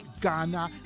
Ghana